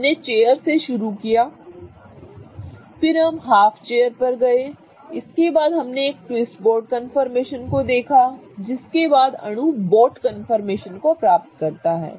हमने चेयर से शुरू किया फिर हम हाफ चेयर पर गए इसके बाद हमने एक ट्विस्ट बोट कंफर्मेशन को देखा जिसके बाद अणु बोट कन्फर्मेशन को प्राप्त करता है